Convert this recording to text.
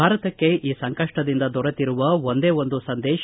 ಭಾರತಕ್ಕೆ ಈ ಸಂಕಷ್ಷದಿಂದ ದೊರೆತಿರುವ ಒಂದೇ ಒಂದು ಸಂದೇಶ